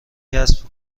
کسب